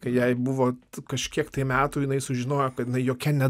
kai jai buvo kažkiek metų jinai sužinojo kad jokia ne